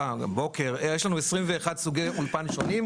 יש לנו 21 סוגי אולפן שונים.